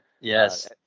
Yes